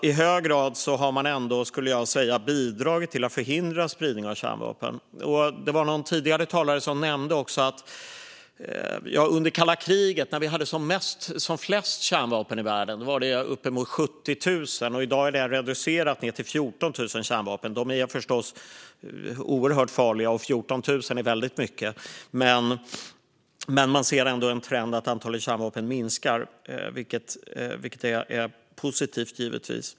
I hög grad har man ändå bidragit till att förhindra spridningen av kärnvapen. Det var någon tidigare talare som nämnde att under kalla kriget, när vi hade som flest kärnvapen i världen, var det uppemot 70 000. I dag är det reducerat ned till 14 000 kärnvapen. De är förstås oerhört farliga, och 14 000 är väldigt mycket. Men man ser ändå en trend att antalet kärnvapen minskar, vilket givetvis är positivt.